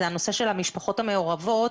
זה הנושא של המשפחות המעורבות